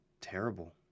terrible